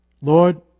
Lord